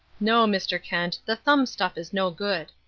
no, mr. kent, the thumb stuff is no good.